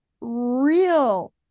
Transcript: real